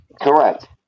correct